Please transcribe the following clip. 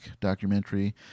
documentary